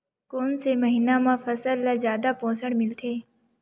कोन से महीना म फसल ल जादा पोषण मिलथे?